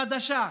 חדשה,